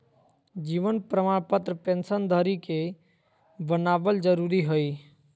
जीवन प्रमाण पत्र पेंशन धरी के बनाबल जरुरी हइ